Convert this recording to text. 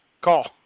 call